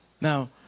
Now